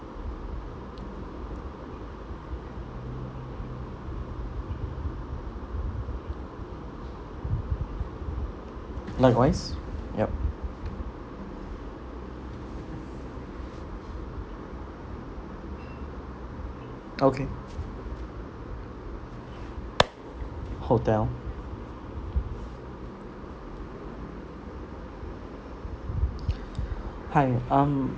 likewise yup okay hotel hi um